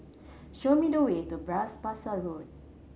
show me the way to Bras Basah Road